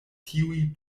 tiuj